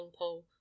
Longpole